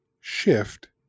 shift